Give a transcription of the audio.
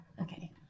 Okay